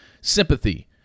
sympathy